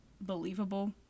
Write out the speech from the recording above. believable